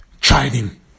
chiding